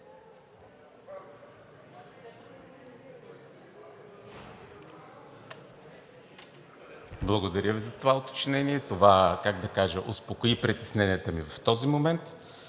Благодаря Ви за това уточнение. Това, как да кажа, успокои притесненията ми в този момент.